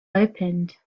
opened